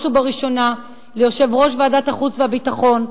ובראשונה ליושב-ראש ועדת החוץ והביטחון,